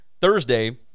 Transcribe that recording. Thursday